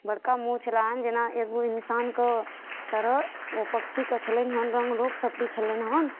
बड़का मुँह छल हन जेना एगो इन्सानके तरह ओ पक्षीके छलनि हन रङ्ग रोप सप्ती छलनि हन